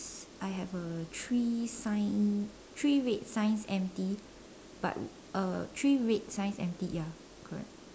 I have a three sign three red signs empty but uh three red signs empty ya correct